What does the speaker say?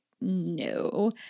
no